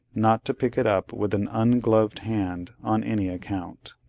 not to pick it up with an ungloved hand on any account.